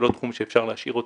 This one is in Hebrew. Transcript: זה לא תחום שאפשר להשאיר אותו,